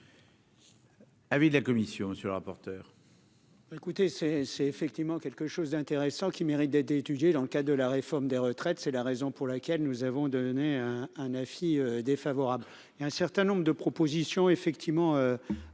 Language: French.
oui, de la commission, monsieur le rapporteur. écoutez c'est c'est effectivement quelque chose d'intéressant qui mérite d'être étudiée dans le cas de la réforme des retraites, c'est la raison pour laquelle nous avons donné un avis défavorable et un certain nombre de propositions effectivement à faire